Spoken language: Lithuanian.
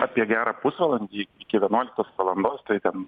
apie gerą pusvalandį iki vienuoliktos valandos tai ten